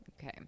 Okay